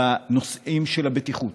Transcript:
בנושאים של הבטיחות.